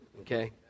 okay